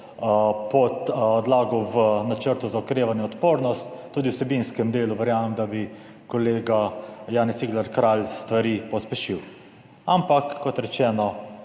podlago v načrtu za okrevanje in odpornost, tudi v vsebinskem delu verjamem, da bi kolega Janez Cigler Kralj stvari pospešil. Ampak kot rečeno,